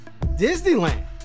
Disneyland